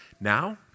Now